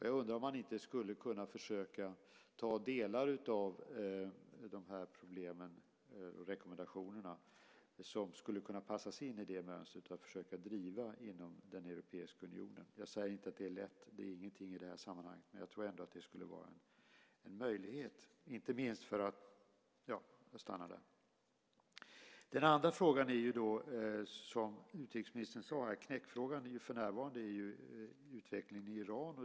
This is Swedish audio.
Jag undrar om man inte skulle kunna försöka ta delar av problemen och rekommendationerna och passa in dem i det mönstret för att försöka driva det här inom den europeiska unionen. Jag säger inte att det är lätt; ingenting är lätt i det här sammanhanget. Men jag tror ändå att det skulle vara en möjlighet. Den andra frågan - knäckfrågan - är som utrikesministern sade för närvarande utvecklingen i Iran.